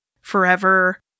Forever